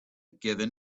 given